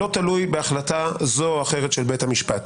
שלא תלוי בהחלטה זו או אחרת של בית המשפט.